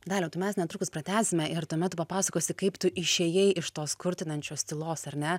daliau tai mes netrukus pratęsime ir tuomet tu papasakosi kaip tu išėjai iš tos kurtinančios tylos ar ne